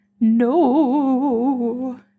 No